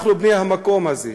אנחנו בני המקום הזה.